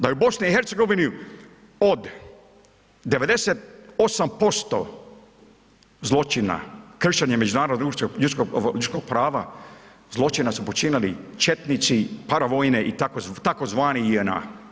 Da je u BiH od 98% zločina, kršenje međunarodnih ljudskog prava, zločina su počinili četnici, paravojne i tzv. JNA.